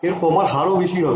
এর কমার হার ও বেশি হবে